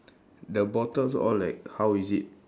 the bottles all like how is it